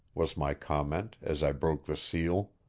was my comment, as i broke the seal.